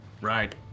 Right